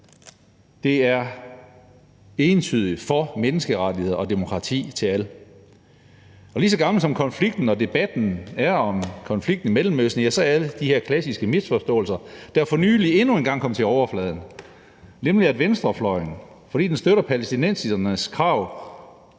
Det er et entydigt for menneskerettigheder og demokrati til alle. Lige så gammel som konflikten og debatten om konflikten i Mellemøsten er, er alle de klassiske misforståelser, som for nylig endnu en gang kom op til overfladen, nemlig at venstrefløjen, fordi den støtter palæstinensernes krav,